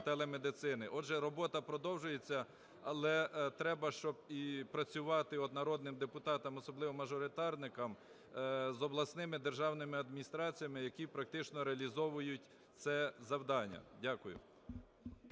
Отже, робота продовжується, але треба, щоб і працювати народним депутатам, особливо мажоритарникам, з обласними державними адміністраціями, які практично реалізовують це завдання. Дякую.